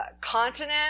continent